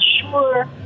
sure